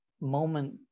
moment